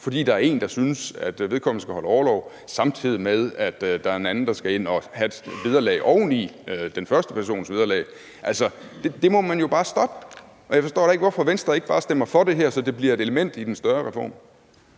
fordi der er en, der synes, at vedkommende skal holde orlov, samtidig med at der er en anden, der skal ind og have et vederlag oven i den første persons vederlag. Altså, det må man jo bare stoppe. Og jeg forstår da ikke, hvorfor Venstre ikke bare stemmer for det her, så det bliver et element i den større reform.